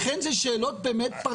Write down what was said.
לכן זה שאלות באמת,